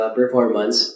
performance